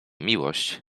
miłość